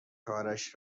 کارش